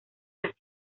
las